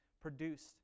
produced